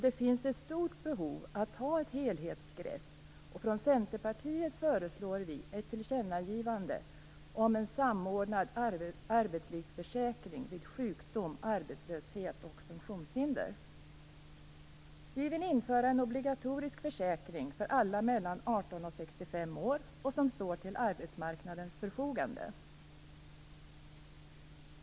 Det finns ett stort behov att ta ett helhetsgrepp, och från Centerpartiet föreslår vi ett tillkännagivande om en samordnad arbetslivsförsäkring vid sjukdom, arbetslöshet och funktionshinder. Vi vill införa en obligatorisk försäkring för alla mellan 18 och 65 år och som står till arbetsmarknadens förfogande.